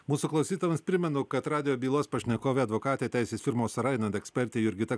mūsų klausytojams primenu kad radijo bylos pašnekovė advokatė teisės firmos rainen ekspertė jurgita